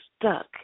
stuck